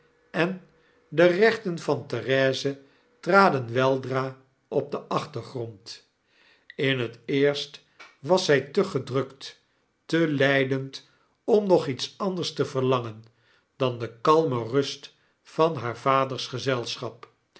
en de rechtenvan therese traden weldra op den achtergrond in het eerst was zy te gedrukt te lydend om nog lets anders te verlangen dan de kalme rust van haar vaders gezelschap